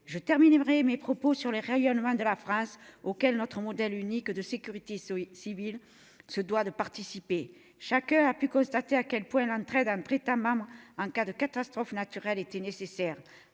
terminer mon propos, je veux parler du rayonnement de la France auquel notre modèle unique de sécurité civile se doit de participer. Chacun a pu constater à quel point l'entraide entre les États membres en cas de catastrophe naturelle était nécessaire.